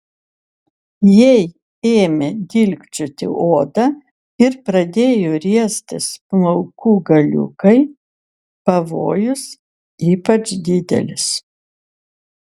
jei ėmė dilgčioti odą ir pradėjo riestis plaukų galiukai pavojus ypač didelis